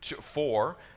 four